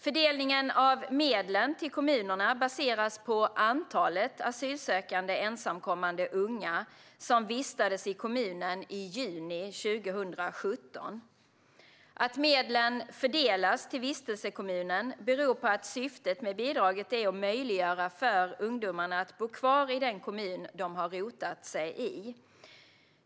Fördelningen av medlen till kommunerna baseras på antalet asylsökande ensamkommande unga som vistades i kommunen i juni 2017. Att medlen fördelas till vistelsekommunen beror på att syftet med bidraget är att möjliggöra för ungdomarna att bo kvar i den kommun de rotat sig i.